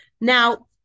Now